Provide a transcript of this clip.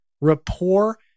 rapport